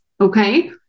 Okay